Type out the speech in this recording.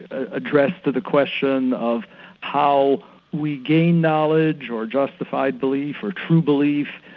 ah addressed to the question of how we gain knowledge or justify belief or true belief,